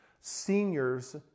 seniors